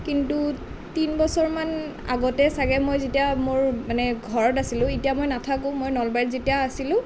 কিন্তু তিনি বছৰমান আগতে চাগে মই যেতিয়া মোৰ মানে ঘৰত আছিলোঁ এতিয়া মই নাথাকো মই নলবাৰীত যেতিয়া আছিলোঁ